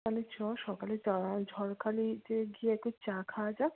তালে চল সকালে ঝড়খালিতে গিয়ে একটু চা খাওয়া যাক